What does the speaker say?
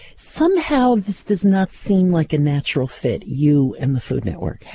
somehow this does not seem like a natural fit, you and the food network.